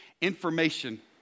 information